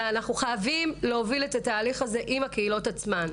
אלא אנחנו חייבים להוביל את התהליך הזה עם הקהילות עצמן.